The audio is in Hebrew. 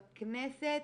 בכנסת,